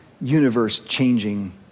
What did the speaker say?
universe-changing